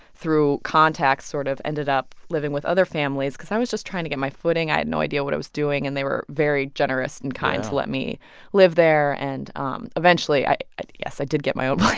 through contacts, sort of ended up living with other families because i was just trying to get my footing. i had no idea what i was doing, and they were very generous and kind. yeah. to let me live there. and um eventually i i yes, i did get my own place